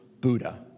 Buddha